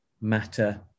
matter